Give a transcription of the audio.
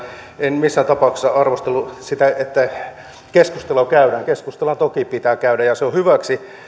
en missään tapauksessa arvostellut sitä että keskustelua käydään keskusteluahan toki pitää käydä ja se on hyväksi